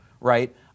right